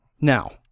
Now